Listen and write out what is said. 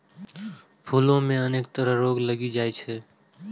फूलो मे अनेक तरह रोग लागि जाइ छै